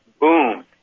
boom